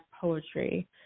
poetry